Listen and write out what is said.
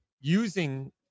using